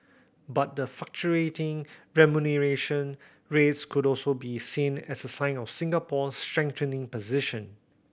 but the fluctuating remuneration rates could also be seen as a sign of Singapore's strengthening position